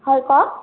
হয় কওক